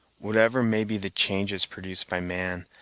whatever may be the changes produced by man,